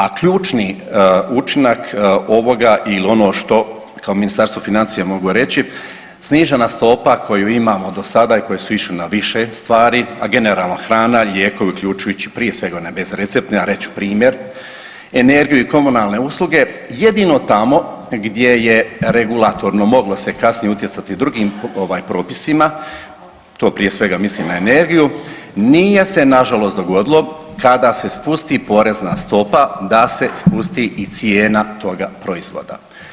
A ključni učinak ovoga ili ono što kao Ministarstvo financija mogu reći, snižena stopa koju imamo do sada i koje su išle na više stvari, a generalno hrana i lijekovi uključujući prije svega one bezreceptne, a reći ću primjer, energiju i komunalne usluge jedino tamo gdje je regulatorno moglo se kasnije utjecati drugim ovaj propisima to prije svega mislim na energiju nije se nažalost dogodilo kada se spusti porezna stopa da se spusti i cijena toga proizvoda.